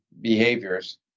behaviors